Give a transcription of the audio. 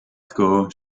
school